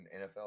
NFL